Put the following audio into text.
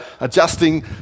adjusting